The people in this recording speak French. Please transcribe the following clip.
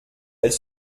elle